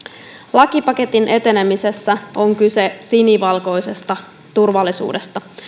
lakipaketin etenemisessä on kyse sinivalkoisesta turvallisuudesta